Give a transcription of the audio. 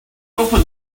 opened